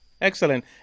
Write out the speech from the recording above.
Excellent